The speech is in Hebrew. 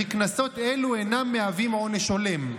לכך שקנסות אלו אינם מהווים עונש הולם.